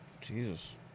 Jesus